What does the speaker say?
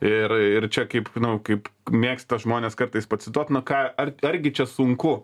ir ir čia kaip nu kaip mėgsta žmonės kartais pacituot nu ką ar argi čia sunku